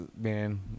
man